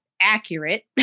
accurate